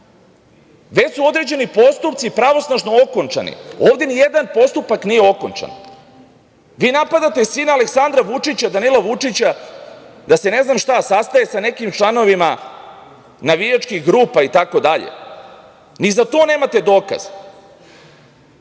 Već su određeni postupci i pravosnažno okončani, a ovde nijedan postupak nije okončan, i vi napadate sina Aleksandra Vučića, Danila Vučića da se ne znam šta, sastaje sa nekim članovima navijačkih grupa, itd. Ni za to nemate dokaz.I